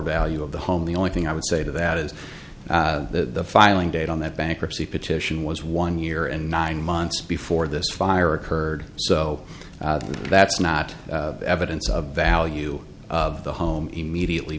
value of the home the only thing i would say to that is the filing date on that bankruptcy petition was one year and nine months before this fire occurred so that's not evidence of value of the home immediately